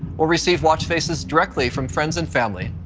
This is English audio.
or receive watch faces directly from friends and family.